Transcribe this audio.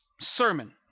sermon